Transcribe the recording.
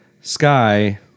Sky